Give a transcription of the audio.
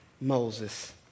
Moses